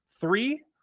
three